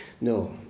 No